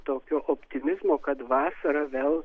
tokio optimizmo kad vasarą vėl